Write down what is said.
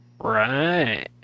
Right